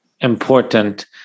important